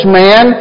man